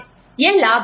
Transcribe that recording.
यह लाभ है